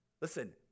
Listen